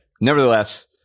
nevertheless